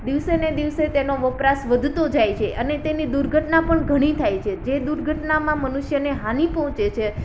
દિવસેને દિવસે તેનો વપરાશ વધતો જાય છે અને તેની દુર્ઘટના પણ ઘણી થાય છે જે દુર્ઘટનામાં મનુષ્યને હાનિ પહોંચે છે